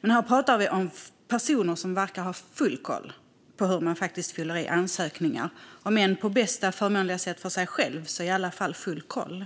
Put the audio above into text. Men här talar vi om personer som verkar ha full koll på hur man fyller i ansökningar på bästa förmånliga sätt för sig själv. De har full koll.